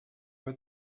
were